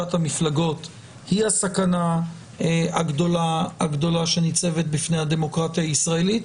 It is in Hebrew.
שהחלשת המפלגות היא הסכנה הגדולה שניצבת בפני הדמוקרטיה הישראלית,